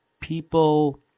people